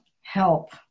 help